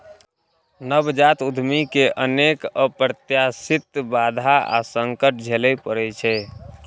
नवजात उद्यमी कें अनेक अप्रत्याशित बाधा आ संकट झेलय पड़ै छै